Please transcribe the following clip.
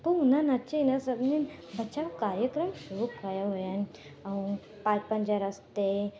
त उननि अची न सभिनीनि अचा कार्यक्रम ग्रुप ठाहियो हुयुनि ऐं पाइपनि जे रस्ते